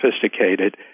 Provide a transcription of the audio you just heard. sophisticated